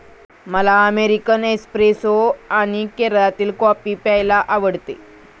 मला American espresso आणि केरळातील कॉफी प्यायला आवडते